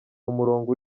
umurongo